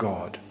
God